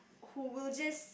who will just